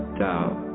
doubt